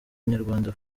inyarwanda